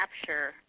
capture